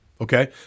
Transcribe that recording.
okay